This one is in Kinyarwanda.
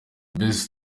best